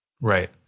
Right